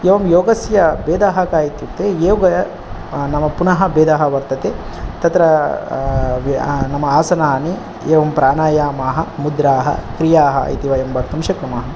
एवं योगस्य भेदाः के इत्युक्ते योगे नाम पुनः भेदाः वर्तन्ते तत्र नाम आसनानि एवं प्राणायामाः मुद्राः क्रियाः इति वयं वक्तुं शक्नुमः